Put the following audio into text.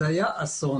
זה היה אסון.